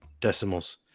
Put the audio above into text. decimals